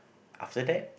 after that